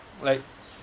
like